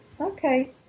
Okay